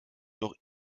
noch